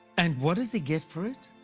and what does he get for it?